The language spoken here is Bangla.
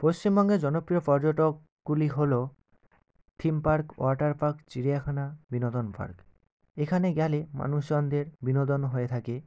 পশ্চিমবঙ্গের জনপ্রিয় পর্যটকগুলি হলো থিম পার্ক ওয়াটার পার্ক চিড়িয়াখানা বিনোদন পার্ক এখানে গেলে মানুষজনদের বিনোদন হয়ে থাকে